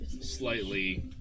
slightly